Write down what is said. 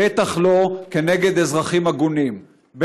בטח לא כנגד אזרחים הגונים,